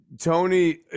Tony